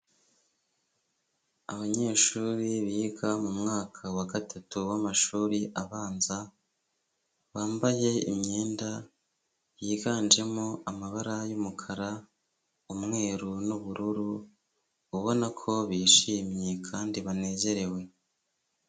Abanyeshuri biga mu mwaka wa gatatu w'amashuri abanza. Bambaye imyenda yiganjemo amabara y'umukara ,umweru n'ubururu. Ubona ko bishimye kandi banezerewe.